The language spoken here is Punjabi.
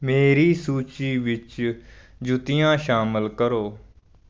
ਮੇਰੀ ਸੂਚੀ ਵਿੱਚ ਜੁੱਤੀਆਂ ਸ਼ਾਮਲ ਕਰੋ